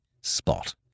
spot